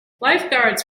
lifeguards